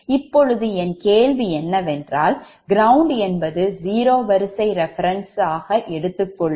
இப்போது என் கேள்வி என்னவென்றால் ground என்பது 0 வரிசை reference ஆக எடுத்துக்கொள்ளும்